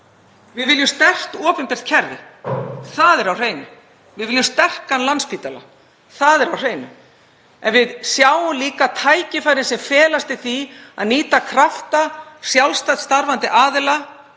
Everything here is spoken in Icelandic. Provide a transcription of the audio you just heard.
Við viljum sterkt opinbert kerfi, það er á hreinu. Við viljum sterkan Landspítala, það er á hreinu. En við sjáum líka tækifærin sem felast í því að nýta krafta sjálfstætt starfandi aðila